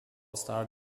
star